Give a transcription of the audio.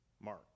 Mark